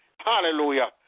Hallelujah